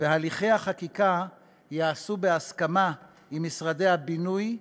והליכי החקיקה ייעשו בהסכמה עם משרדי הבינוי,